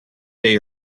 day